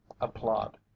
applaud